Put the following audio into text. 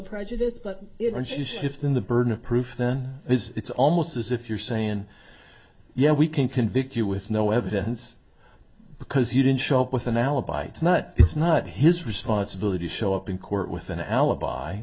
prejudice and you shift in the burden of proof then it's almost as if you're saying yeah we can convict you with no evidence because you didn't show up with an alibi it's not it's not his responsibility to show up in court with an alibi